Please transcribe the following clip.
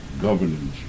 governance